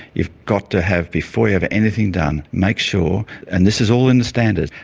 you've got to have, before you have anything done, make sure, and this is all in the standards,